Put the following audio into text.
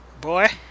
boy